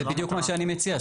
זה בדיוק מה שאני מציע,